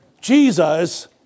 Jesus